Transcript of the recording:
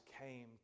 came